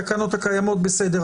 השאלה מה משמעות האמירה הזאת.